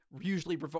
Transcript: usually